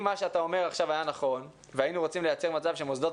אם מה שאתה אומר עכשיו היה נכון והיינו רוצים לייצר מצב שמוסדות